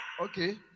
Okay